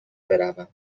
بروم